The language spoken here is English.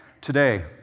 today